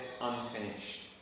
unfinished